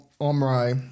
Omri